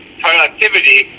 productivity